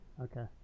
Okay